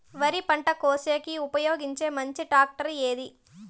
వరి పంట కోసేకి ఉపయోగించే మంచి టాక్టర్ ఏది?